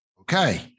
Okay